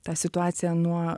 ta situacija nuo